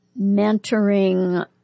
mentoring